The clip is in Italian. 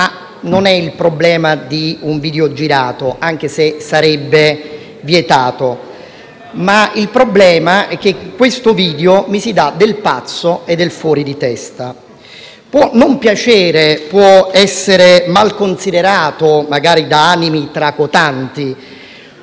video. Il problema non è il video girato, anche se sarebbe vietato. Il problema è che in quel video mi si dà del pazzo e del fuori di testa. Può non piacere o essere mal considerato, magari da animi tracotanti,